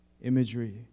imagery